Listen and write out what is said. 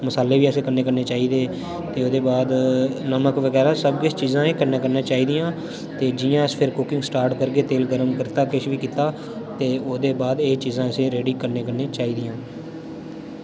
मसाले बीअसें कन्नै कन्नै चाहिदे ते ओह्दे बाद नमक बगैरा सब किश चीज़ां एह् कन्नै कन्नै चाहिदियां ते जि'यां अस फिर कुकिंग स्टार्ट करगे तेल गरम कीता किश बी कीता ते ओह्दे बाद एह् चीज़ां असें रेडी कन्नै कन्नै चाहिदियां